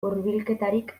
hurbilketarik